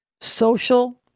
social